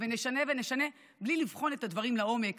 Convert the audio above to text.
ונשנה ונשנה בלי לבחון את הדברים לעומק,